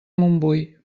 montbui